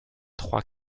trois